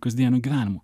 kasdieniu gyvenimu